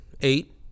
eight